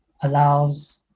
allows